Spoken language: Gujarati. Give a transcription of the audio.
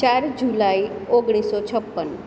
ચાર જુલાઇ ઓગણીસસો છપ્પન